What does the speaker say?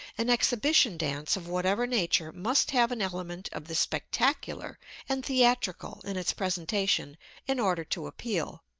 an exhibition dance of whatever nature must have an element of the spectacular and theatrical in its presentation in order to appeal.